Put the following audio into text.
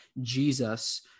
Jesus